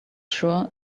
sure